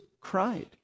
cried